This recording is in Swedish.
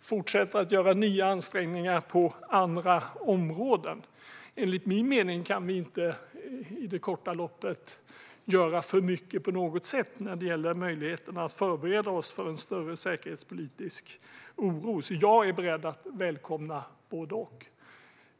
fortsätter att göra nya ansträngningar på andra områden. Enligt min mening kan vi inte i det korta loppet göra för mycket på något sätt när det gäller möjligheten att förbereda oss för en större säkerhetspolitisk oro, så jag är beredd att välkomna både och.